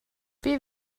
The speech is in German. wie